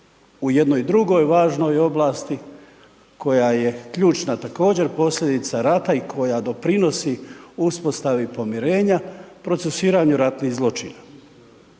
u jednoj drugoj važnoj oblasti koja je ključna također posljedica rata i koja doprinosi uspostavi pomirenja procesuiranje ratnih zločina.